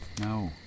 No